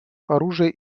оружия